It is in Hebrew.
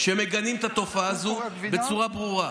שמגנים את התופעה הזו בצורה ברורה,